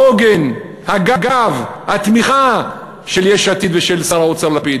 העוגן, הגב, התמיכה של יש עתיד ושל שר האוצר לפיד.